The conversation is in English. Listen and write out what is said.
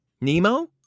Nemo